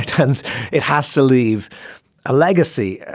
hence it has to leave a legacy.